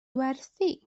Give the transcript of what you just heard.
werthu